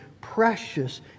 precious